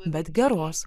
bet geros